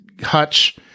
Hutch